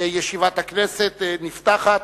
ישיבת הכנסת נפתחת.